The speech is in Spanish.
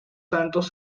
santos